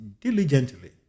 diligently